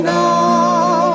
now